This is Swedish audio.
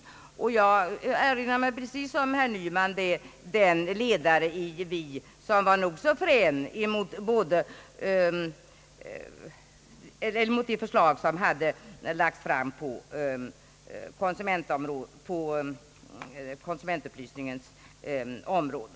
Precis som herr Nyman erinrar jag mig den ledare i tidningen Vi som var nog så frän mot det förslag som lagts fram på konsumentupplysningens område.